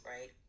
right